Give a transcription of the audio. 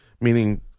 meaning –